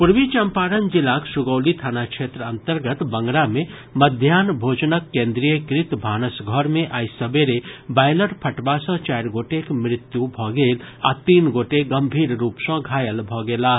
पूर्वी चम्पारण जिलाक सुगौली थाना क्षेत्र अन्तर्गत बंगरा मे मध्याहन भोजनक केन्द्रीयकृत भानस घर मे आइ सबेरे बॉयलर फटबा सँ चारि गोटेक मृत्यु भऽ गेल आ तीन गोटे गम्मीर रूप सँ घायल भऽ गेलाह